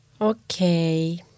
Okay